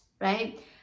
right